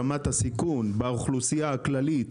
רמת הסיכון באוכלוסייה הכללית,